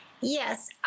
Yes